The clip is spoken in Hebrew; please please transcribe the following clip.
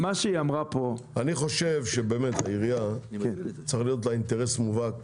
אני חושב שלעירייה צריך להיות אינטרס מובהק